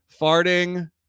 farting